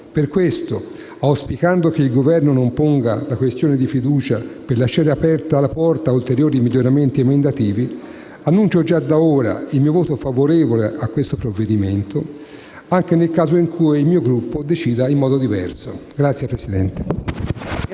Per questo, auspicando che il Governo non ponga la questione di fiducia per lasciare aperta la porta a ulteriori miglioramenti emendativi, annuncio già da ora il mio voto favorevole al provvedimento, anche nel caso in cui il mio Gruppo decida in modo diverso. *(Applausi del